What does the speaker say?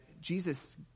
Jesus